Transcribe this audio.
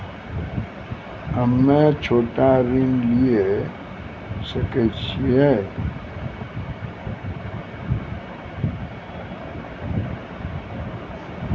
हम्मे छोटा ऋण लिये सकय छियै?